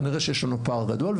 כנראה שיש לנו פער גדול,